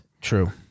True